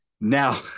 Now